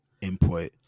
input